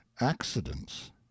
accidents